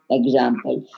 example